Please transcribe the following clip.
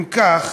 אם כך,